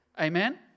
Amen